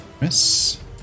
miss